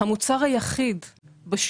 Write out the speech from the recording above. אם היום אנחנו